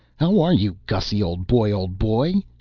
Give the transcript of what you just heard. how are you, gussy old boy, old boy?